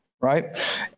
Right